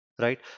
right